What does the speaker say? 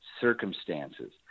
circumstances